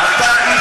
אתה לא